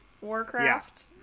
Warcraft